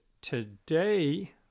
today